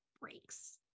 breaks